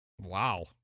Wow